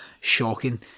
shocking